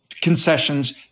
concessions